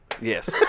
Yes